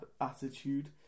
attitude